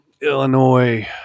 Illinois